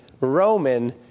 Roman